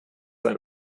ein